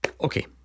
Okay